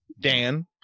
Dan